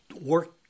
work